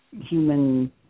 human